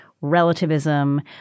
relativism